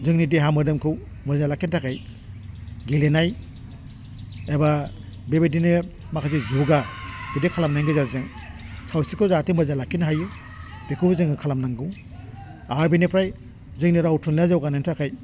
जोंनि देहा मोदोमखौ मोजाङै लाखिनो थाखाय गेलेनाय एबा बेबायदिनो माखासे जुगा बिदि खालामनायनि गेजेरजों सावस्रिखौ जाहाथे मोजां लाखिनो हायो बेखौबो जोङो खालामनांगौ आरो बेनिफ्राय जोंनि राव थुनलाइया जौगानायनि थाखाय